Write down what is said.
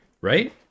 Right